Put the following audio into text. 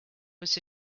was